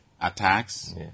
attacks